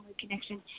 connection